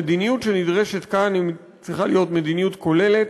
המדיניות שנדרשת כאן צריכה להיות מדיניות כוללת,